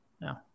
No